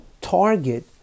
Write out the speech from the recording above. target